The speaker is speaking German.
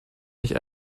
nicht